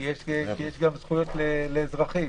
כי יש גם זכויות לאזרחים.